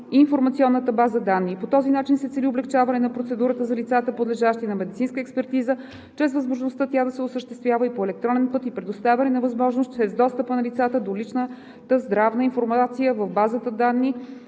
в информационната база данни. По този начин се цели облекчаване на процедурата за лицата, подлежащи на медицинска експертиза, чрез възможността тя да се осъществява и по електронен път и предоставяне на възможност чрез достъпа на лицата до личната здравна информация в базата данни,